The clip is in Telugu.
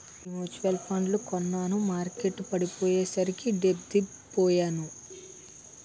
రెండు మ్యూచువల్ ఫండ్లు కొన్నాను మార్కెట్టు పడిపోయ్యేసరికి డెబ్బై పొయ్యాను